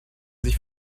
sich